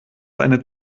eine